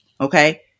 okay